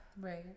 Right